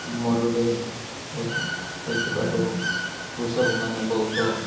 ମରୁଡ଼ି ହେଇଥିବାରୁ କୃଷକମାନେ ବହୁତ